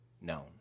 known